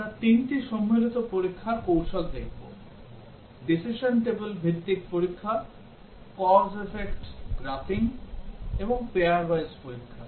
আমরা তিনটি সম্মিলিত পরীক্ষার কৌশল দেখব decision table ভিত্তিক পরীক্ষা cause effect গ্রাফিং এবং pair wise পরীক্ষা